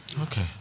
Okay